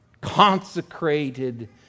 consecrated